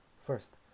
First